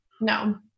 No